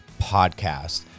podcast